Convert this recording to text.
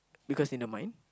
because in the mind